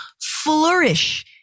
flourish